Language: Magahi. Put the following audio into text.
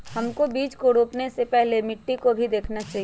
हमको बीज को रोपने से पहले मिट्टी को भी देखना चाहिए?